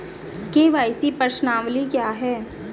KYC प्रश्नावली क्या है?